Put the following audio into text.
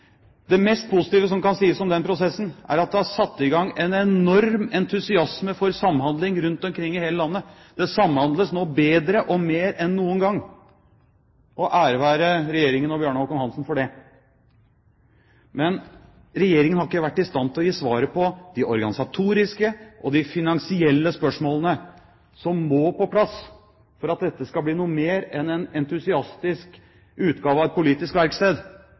Det mest positive som kan sies om den prosessen, er at det har satt i gang en enorm entusiasme for samhandling rundt omkring i hele landet. Det samhandles nå bedre og mer enn noen gang, og ære være Regjeringen og Bjarne Håkon Hanssen for det. Men Regjeringen har ikke vært i stand til å gi svaret på de organisatoriske og finansielle spørsmålene som må på plass for at dette skal bli noe mer enn en entusiastisk utgave av et politisk verksted,